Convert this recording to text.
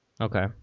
Okay